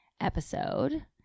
episode